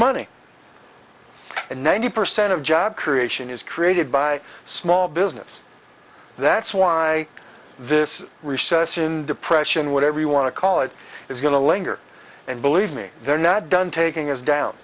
money and ninety percent of job creation is created by small business that's why this recession depression whatever you want to call it is going to linger and believe me they're not done taking us down